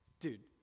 dude,